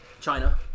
China